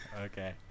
Okay